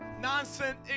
nonsense